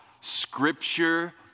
scripture